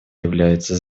являются